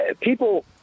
people